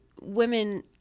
women